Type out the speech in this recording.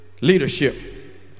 leadership